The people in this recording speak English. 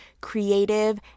creative